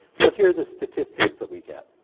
well, here are the statistics that we get.